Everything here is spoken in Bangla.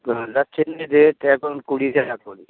গাঁদার চেইনের রেট এখন কুড়ি টাকা করে